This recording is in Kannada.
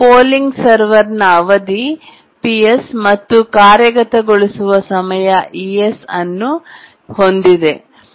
ಪೋಲಿಂಗ್ ಸರ್ವರ್ನ ಅವಧಿ Ps ಮತ್ತು ಕಾರ್ಯಗತಗೊಳಿಸುವ ಸಮಯ es ಅನ್ನು ಹೊಂದಿದೆ